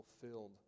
fulfilled